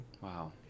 wow